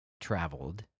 traveled